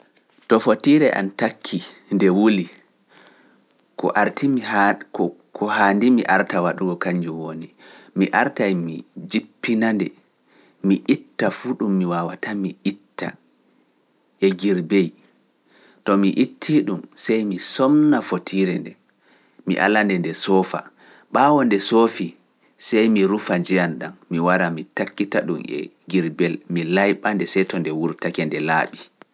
To fotiire am takki nde wuli, ko haandi mi arta waɗugo kañnjo woni, mi arta e mi jippina nde, mi itta fuu ɗum mi waawata, mi itta e girbey, to mi ittii ɗum, sey mi somna fotiire nden, mi ala nde nde soofa, ɓaawo nde soofi, sey mi rufa njiyan ɗam, mi wara, mi takkita ɗum e girbel, mi layɓa nde sei to nde wurtake nde laaɓi.